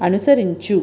అనుసరించు